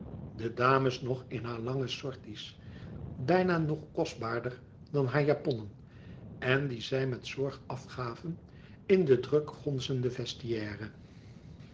de dames nog in hare lange sorties bijna nog kostbaarder dan hare japonnen en die zij met zorg afgaven in de druk gonzende